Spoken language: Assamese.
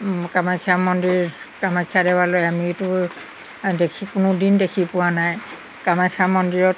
কামাখ্যা মন্দিৰ কামাখ্যা দেৱালয় আমিতো দেখি কোনোদিন দেখি পোৱা নাই কামাখ্যা মন্দিৰত